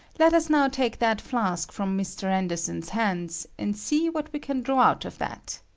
let us now take that flask from mr. anderson's hands, and see what we can draw out of that.